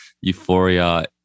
Euphoria